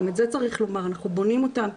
גם את זה צריך לומר אנחנו בונים אותם,